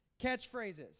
catchphrases